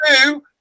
two